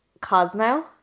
Cosmo